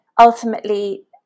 ultimately